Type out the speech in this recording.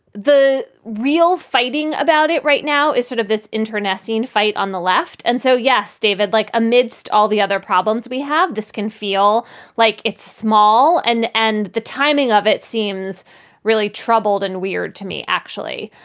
the real fighting about it right now is sort of this internecine fight on the left. and so, yes, david, like amidst all the other problems we have, this can feel like it's small. and and the timing of it seems really troubled and weird to me, actually.